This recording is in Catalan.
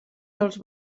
dels